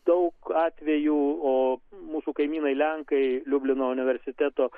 daug atvejų o mūsų kaimynai lenkai liublino universiteto